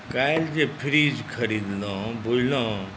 काल्हि जे फ्रिज खरीदलहुँ बुझलहुँ